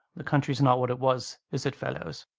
the country's not what it was, is it, fellows?